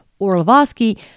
Orlovsky